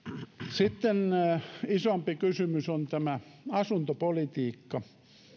sitten isompi kysymys on asuntopolitiikka